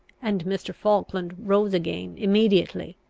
and mr. falkland rose again immediately.